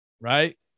right